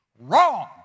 Wrong